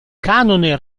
canone